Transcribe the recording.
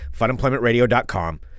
funemploymentradio.com